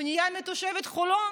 פנייה מתושבת חולון,